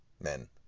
Men